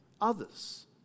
others